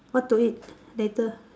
what to eat later